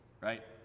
right